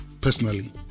personally